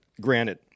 Granted